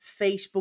Facebook